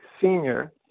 Senior